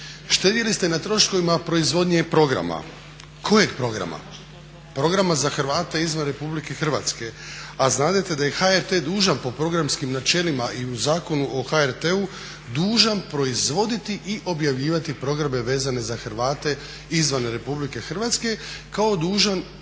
Uštedjeli ste na troškovima proizvodnje programa. Kojeg programa? Programa za Hrvate izvan RH, a znadete da je HRT dužan po programskim načelima i u Zakonu o HRT-u dužan proizvoditi i objavljivati programe vezane za Hrvate izvan RH kao i dužan